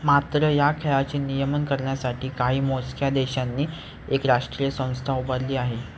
मात्र या खेळाचे नियमन करण्यासाठी काही मोजक्या देशांनी एक राष्ट्रीय संस्था उभारली आहे